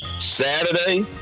Saturday